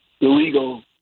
illegal